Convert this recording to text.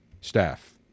staff